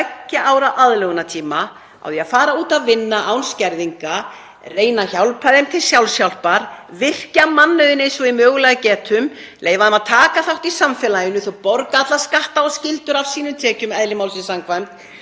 öryrkjum tveggja ára aðlögunartíma til þess að fara út að vinna án skerðinga, reynum að hjálpa þeim til sjálfshjálpar, virkja mannauðinn eins og við mögulega getum, leyfa þeim að taka þátt í samfélaginu. Þau borga alla skatta og skyldur af sínum tekjum, eðli málsins samkvæmt.